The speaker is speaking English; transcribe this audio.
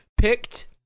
Picked